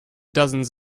dozens